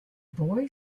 boy